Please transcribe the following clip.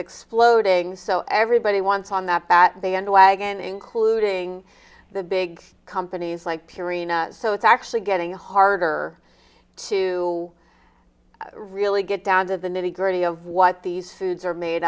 exploding so everybody wants on that bat they end wagon including the big companies like purina so it's actually getting harder to really get down to the nitty gritty of what these foods are made